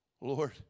Lord